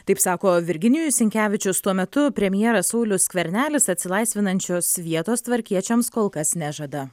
taip sako virginijus sinkevičius tuo metu premjeras saulius skvernelis atsilaisvinančios vietos tvarkiečiams kol kas nežada